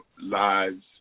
lives